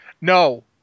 no